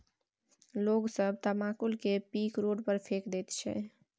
लोग सब तमाकुल केर पीक रोड पर फेकि दैत छै